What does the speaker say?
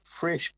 fresh